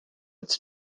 its